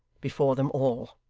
before them all.